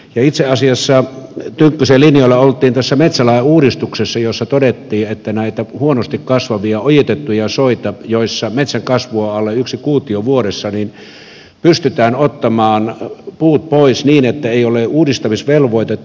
itse asiassa tynkkysen linjoilla oltiin tässä metsälain uudistuksessa jossa todettiin että näiltä huonosti kasvavilta ojitetuilta soilta joissa metsänkasvu on alle yksi kuutio vuodessa pystytään ottamaan puut pois niin että ei ole uudistamisvelvoitetta